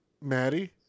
Maddie